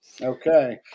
Okay